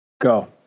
Go